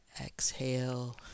Exhale